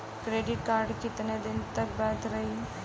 Credit card कितना दिन तक वैध रही?